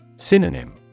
Synonym